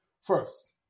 First